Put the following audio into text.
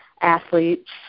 athletes